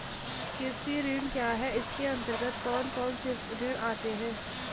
कृषि ऋण क्या है इसके अन्तर्गत कौन कौनसे ऋण आते हैं?